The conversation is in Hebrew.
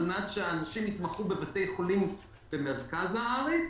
מנת שאנשים יתמחו בבתי חולים במרכז הארץ,